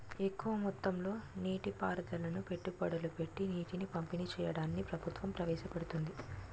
ఎక్కువ మొత్తంలో నీటి పారుదలను పెట్టుబడులు పెట్టీ నీటిని పంపిణీ చెయ్యడాన్ని ప్రభుత్వం ప్రవేశపెడుతోంది